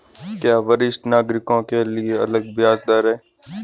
क्या वरिष्ठ नागरिकों के लिए अलग ब्याज दर है?